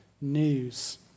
news